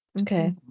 Okay